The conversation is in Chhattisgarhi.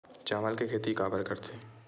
चावल के खेती काबर करथे?